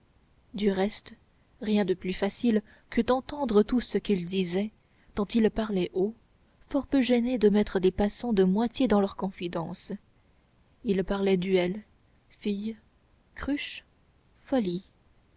du reste rien de plus facile que d'entendre tout ce qu'ils disaient tant ils parlaient haut fort peu gênés de mettre les passants de moitié dans leurs confidences ils parlaient duels filles cruches folies